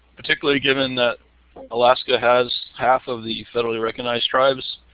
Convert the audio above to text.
particularly given that alaska has half of the federally recognized tribes,